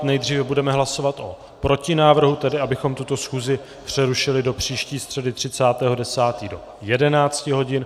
Nejdříve budeme hlasovat o protinávrhu, tedy, abychom tuto schůzi přerušili do příští středy 30. 10. do 11 hodin.